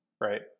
Right